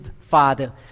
father